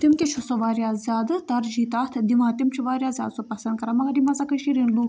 تِم تہِ چھِ سۄ وارِیاہ زیادٕ ترجیح تَتھ دِوان تِم چھِ وارِیاہ زیادٕ سۄ پَسنٛد کَران مگر یِم ہَسا کٔشیٖر ہنٛدۍ لوٗکھ چھِ